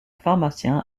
pharmacien